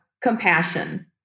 compassion